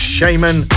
Shaman